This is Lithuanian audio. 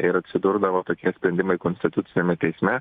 ir atsidurdavo tokie sprendimai konstituciniame teisme